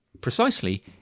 precisely